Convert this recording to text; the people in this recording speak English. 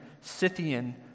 Scythian